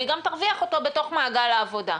והיא גם תרוויח אותו בתוך מעגל העבודה.